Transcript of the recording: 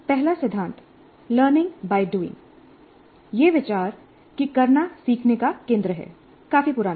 पहला सिद्धांत "learning by doing " यह विचार कि करना सीखने का केंद्र है काफी पुराना है